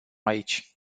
aici